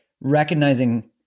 recognizing